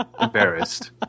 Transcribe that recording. embarrassed